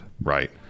right